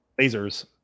Lasers